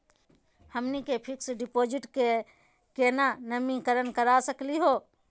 हमनी के fix deposit क केना नवीनीकरण करा सकली हो?